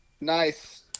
Nice